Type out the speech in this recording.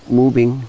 moving